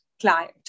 client